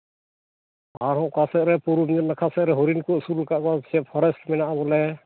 ᱟᱨᱦᱚᱸ ᱚᱠᱟ ᱥᱮᱫ ᱨᱮ ᱯᱩᱨᱩᱞᱤᱭᱟᱹ ᱱᱟᱠᱷᱟᱨᱮ ᱦᱚᱨᱤᱱ ᱠᱚ ᱟᱹᱥᱩᱞ ᱠᱟᱜ ᱠᱚᱣᱟ ᱪᱮᱫ ᱯᱷᱚᱨᱮᱥᱴ ᱢᱮᱱᱟᱜᱼᱟ ᱵᱚᱞᱮ